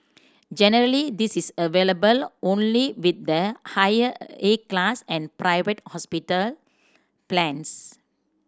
generally this is available only with the higher A class and private hospital plans